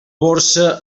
borsa